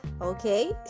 okay